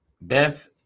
Beth